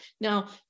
Now